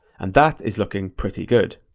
and that is looking pretty good.